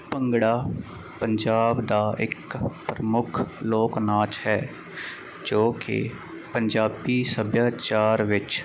ਭੰਗੜਾ ਪੰਜਾਬ ਦਾ ਇੱਕ ਪ੍ਰਮੁੱਖ ਲੋਕ ਨਾਚ ਹੈ ਜੋ ਕਿ ਪੰਜਾਬੀ ਸੱਭਿਆਚਾਰ ਵਿੱਚ